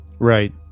right